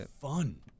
fun